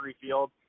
Field